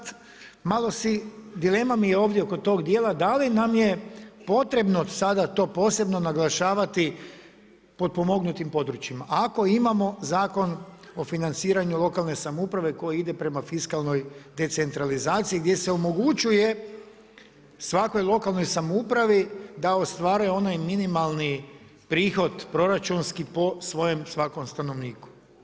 Dilema mi je malo ovdje oko tog dijela, da li nam je potrebno to sada posebno naglašavati potpomognutim područjima, ako imamo Zakon o financiranju lokalne samouprave koji ide prema fiskalnoj decentralizaciji gdje se omogućuje svakoj lokalnoj samoupravi da ostvari onaj minimalni prihod proračunski po svojem svakom stanovniku.